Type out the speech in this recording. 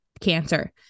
cancer